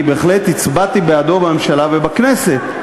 אני בהחלט הצבעתי בעדו בממשלה ובכנסת.